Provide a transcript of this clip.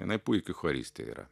jinai puiki choristė yra